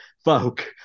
folk